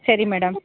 ಸರಿ ಮೇಡಮ್